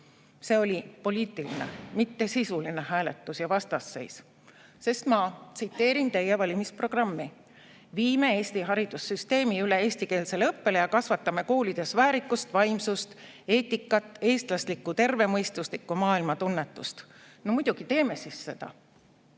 See oli poliitiline, mitte sisuline hääletus ja vastasseis. Ma tsiteerin teie valimisprogrammi: viime Eesti haridussüsteemi üle eestikeelsele õppele ja kasvatame koolides väärikust, vaimsust, eetikat, eestlaslikku tervemõistuslikku maailmatunnetust. No muidugi, teeme siis